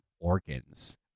organs